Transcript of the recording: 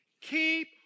keep